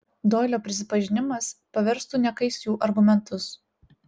doilio prisipažinimas paverstų niekais jų argumentus